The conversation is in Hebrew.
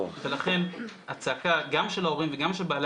לכן הצעקה גם של ההורים וגם של העלי